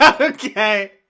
Okay